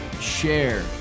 share